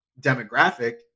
demographic